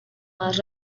más